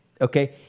Okay